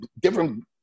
different